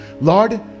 Lord